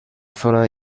zona